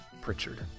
pritchard